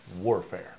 warfare